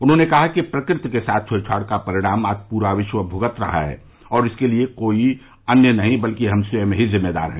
उन्होंने कहा कि प्रकृति के साथ छेड़छाड़ का परिणाम आज पूरा विश्व भुगत रहा है और इसके लिए कोई और नहीं बल्कि हम स्वयं ही जिम्मेदार हैं